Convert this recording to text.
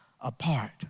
apart